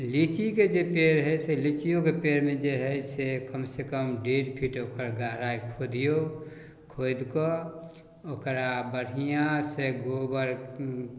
लीचीके जे पेड़ हइ से लिच्चिओके पेड़मे जे हइ से कमसँ कम डेढ़ फीट ओकर गहराइ खोदिऔ खोदिकऽ ओकरा बढ़िआँसँ गोबर